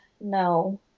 no